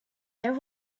there